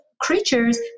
creatures